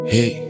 Hey